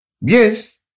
Yes